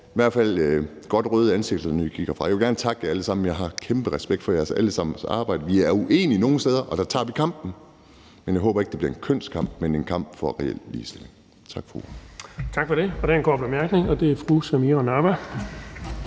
i hvert fald have godt røde ansigter, når vi gik herfra. Jeg vil gerne takke jer alle sammen, jeg har kæmpe respekt for jeres alle sammens arbejde. Vi er uenige i nogle steder, og der tager vi kampen. Jeg håber ikke, det bliver en kønskamp, men en kamp for reel ligestilling. Tak for ordet. Kl. 17:41 Den fg. formand (Erling Bonnesen): Tak for